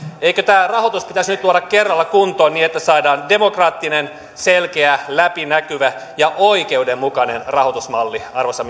eikö tämä rahoitus pitäisi nyt luoda kerralla kuntoon niin että saadaan demokraattinen selkeä läpinäkyvä ja oikeudenmukainen rahoitusmalli arvoisa